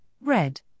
red